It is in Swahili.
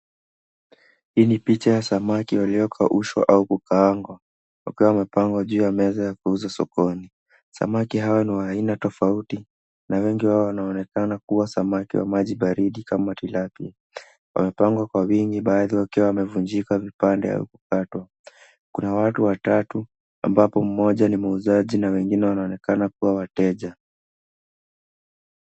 Hii ni picha ya samaki waliokaushwa au kukaangwa. Wakiwa wamepangwa juu ya meza ya kuuza sokoni. Samaki hawa ni wa aina tofauti na wengi wao wanaonekana kuwa samaki wa maji baridi kama tilapia wamepangwa kwa wingi baadhi wakiwa wamevunjika vipande au kukatwa. Kuna watu watatu ambapo mmoja ni muuzaji na wengine wanaonekana kuwa wateja.